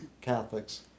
Catholics